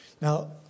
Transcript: Now